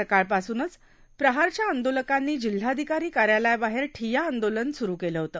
सकाळपासूनच प्रहारच्या आंदोलकांनी जिल्हाधिकारी कार्यालयाबाहेर ठिय्या आंदोलन सुरु केले होते